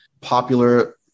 popular